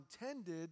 intended